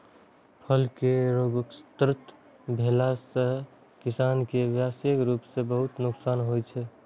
फल केर रोगग्रस्त भेला सं किसान कें व्यावसायिक रूप सं बहुत नुकसान होइ छै